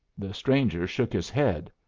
the stranger shook his head.